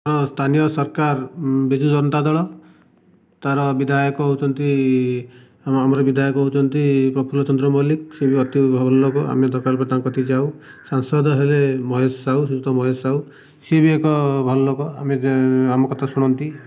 ହଁ ସ୍ଥାନୀୟ ସରକାର ବିଜୁ ଜନତା ଦଳ ତାର ବିଧାୟକ ହେଉଛନ୍ତି ଆମର ବିଧାୟକ ହେଉଛନ୍ତି ପ୍ରଫୁୁଲ୍ଲ ଚନ୍ଦ୍ର ମଲ୍ଲିକ ସେ ଅତି ଭଲ ଲୋକ ଆମେ ଦରକାର ପଡ଼ିଲେ ତାଙ୍କ କତିକି ଯାଉ ସାଂସଦ ହେଲେ ମହେଶ ସାହୁ ଶ୍ରୀଯୁକ୍ତ ମହେଶ ସାହୁ ସିଏ ବି ଏକ ଭଲ ଲୋକ ଆମ କଥା ଶୁଣନ୍ତି